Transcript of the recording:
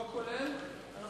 אדוני היושב-ראש,